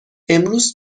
امروز